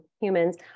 humans